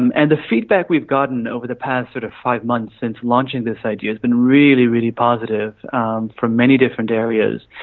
um and the feedback we've gotten over the past sort of five months since launching this idea has been really, really positive um from many different areas.